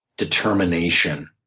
determination,